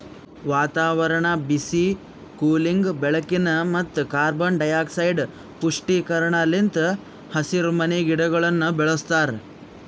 ವಾತಾವರಣ, ಬಿಸಿ, ಕೂಲಿಂಗ್, ಬೆಳಕಿನ ಮತ್ತ ಕಾರ್ಬನ್ ಡೈಆಕ್ಸೈಡ್ ಪುಷ್ಟೀಕರಣ ಲಿಂತ್ ಹಸಿರುಮನಿ ಗಿಡಗೊಳನ್ನ ಬೆಳಸ್ತಾರ